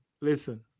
listen